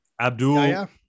Abdul